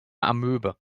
amöbe